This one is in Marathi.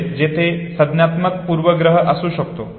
म्हणजे तिथे संज्ञानात्मक पूर्वाग्रह असू शकतो